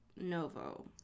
Novo